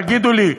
תגידו לי,